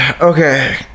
Okay